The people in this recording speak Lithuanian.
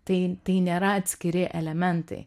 tai tai nėra atskiri elementai